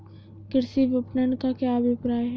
कृषि विपणन का क्या अभिप्राय है?